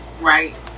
Right